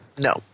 no